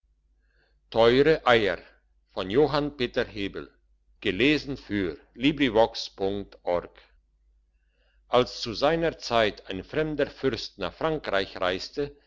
teure eier als zu seiner zeit ein fremder fürst nach frankreich reiste